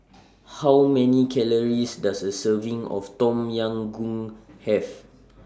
How Many Calories Does A Serving of Tom Yam Goong Have